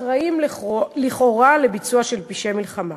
שאחראים לכאורה לביצוע פשעי מלחמה.